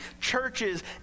churches